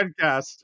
podcast